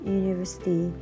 university